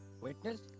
Witness